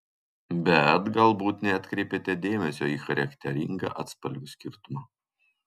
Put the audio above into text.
bet galbūt neatkreipėte dėmesio į charakteringą atspalvių skirtumą